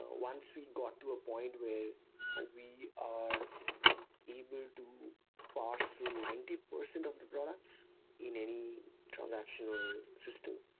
ah once we got to a point where ah we are able to parse through ninety percent of the products in any transactional system,